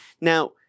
now